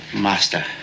master